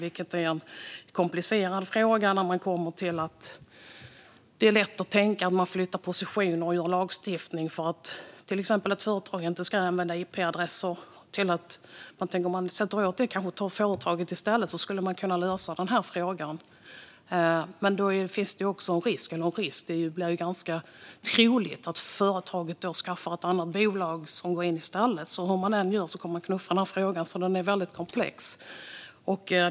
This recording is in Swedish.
Det senare är en komplicerad fråga. Det är lätt att tänka att man kan flytta positioner och lagstifta, till exempel för att ett företag inte ska använda ip-adresser. Man tänker att om man sätter åt det företaget skulle man kunna lösa frågan. Men då finns det en risk, eller det är ganska troligt, att företaget skaffar ett annat bolag som går in i stället. Hur man än gör kommer man att knuffa den här frågan framför sig, så den är väldigt komplex.